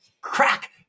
crack